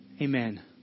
Amen